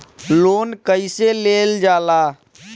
Loan कईसे लेल जाला?